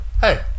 Hey